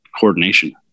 coordination